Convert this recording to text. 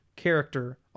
character